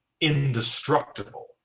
indestructible